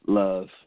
love